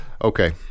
okay